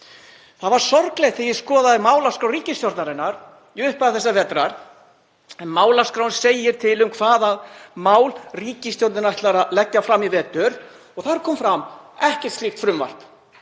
Það var sorglegt þegar ég skoðaði málaskrá ríkisstjórnarinnar í upphafi þessa vetrar, en málaskráin segir til um hvaða mál ríkisstjórnin ætlar að leggja fram í vetur, og þar kom ekkert slíkt frumvarp